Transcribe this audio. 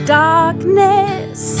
darkness